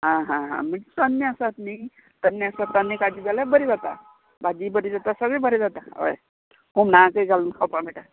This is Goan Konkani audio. आं हा हा मागी तन्नें आसत न्ही तन्नें आसात तन्नें काडशीत जाल्यार बरी जाता भाजीय बरी जाता सगळें बरें जाता हय हुमणाकय घालून खावपा मेयटा